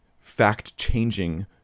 fact-changing